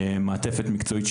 מעטפת מקצועית,